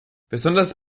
besonders